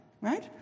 Right